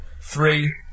Three